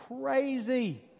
crazy